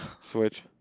Switch